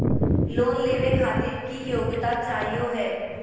Loan लेवे खातीर की योग्यता चाहियो हे?